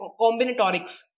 combinatorics